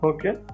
Okay